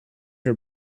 her